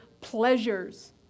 pleasures